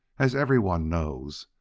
as everyone knows,